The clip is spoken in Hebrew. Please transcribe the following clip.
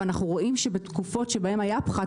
ואנחנו רואים שבתקופות שבהן היה פחת